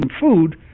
food